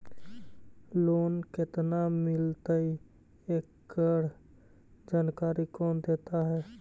Loan केत्ना मिलतई एकड़ जानकारी कौन देता है?